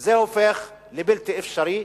זה הופך לבלתי אפשרי.